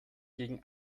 gegen